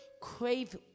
crave